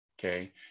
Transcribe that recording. Okay